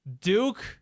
Duke